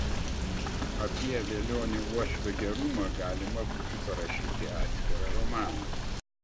apie velionio uošvio gerumą galima būtų parašyti atskirą romaną